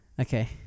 Okay